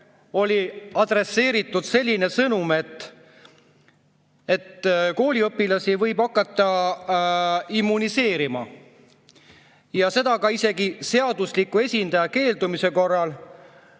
oli adresseeritud selline sõnum, et kooliõpilasi võib hakata immuniseerima, ja seda isegi seadusliku esindaja keeldumise korral.